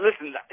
listen